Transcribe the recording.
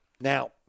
Now